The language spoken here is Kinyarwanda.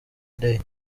day